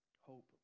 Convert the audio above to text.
hope